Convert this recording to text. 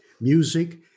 music